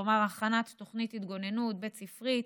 כלומר הכנת תוכנית התגוננות בית ספרית